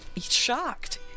Shocked